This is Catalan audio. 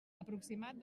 aproximat